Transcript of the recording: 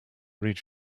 read